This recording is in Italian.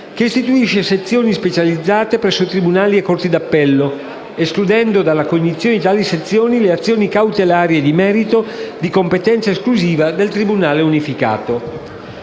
che istituisce sezioni specializzate presso tribunali e corti d'appello, escludendo dalla cognizione di tali sezioni le azioni cautelari e di merito di competenza esclusiva del tribunale unificato.